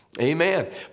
Amen